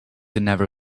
never